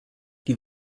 die